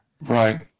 Right